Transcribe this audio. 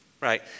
right